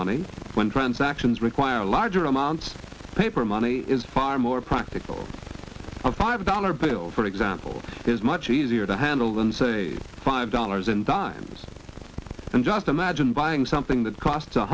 money when transactions require larger amounts of paper money is far more practical a five dollar bill for example is much easier to handle than say five dollars in dimes and just imagine buying something that costs